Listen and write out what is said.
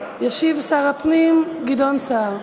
ישיב שר הפנים גדעון סער.